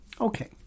Okay